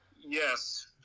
Yes